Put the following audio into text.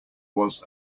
was